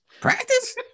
practice